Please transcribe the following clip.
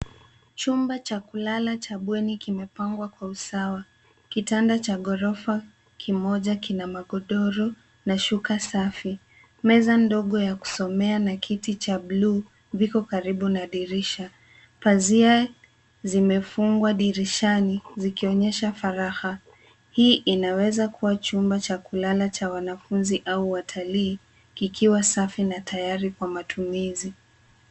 Chumba cha kulala cha bweni kimepangwa kwa usawa. Kitanda cha ghorofa kimoja kina magodoro na shuka safi. Meza ndogo ya kusomea na kiti cha bluu viko karibu na dirisha. Pazia zimefungwa dirishani zikionyesha faraha. Hii inaweza kua chumba cha kulala cha wanafunzi au watalii kikiwa safi na tayari kwa matumizi.